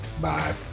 bye